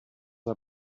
are